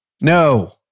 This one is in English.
No